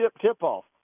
tip-off